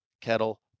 kettle